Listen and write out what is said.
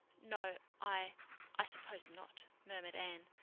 no i i suppose not, murmured anne,